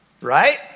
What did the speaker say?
Right